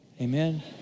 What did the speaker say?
Amen